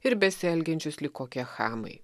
ir besielgiančius lyg kokie chamai